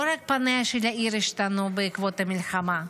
לא רק פניה של העיר השתנו בעקבות המלחמה,